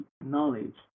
knowledge